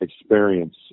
experience